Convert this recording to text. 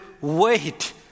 wait